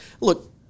look